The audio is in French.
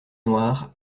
noires